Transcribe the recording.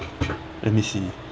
let me see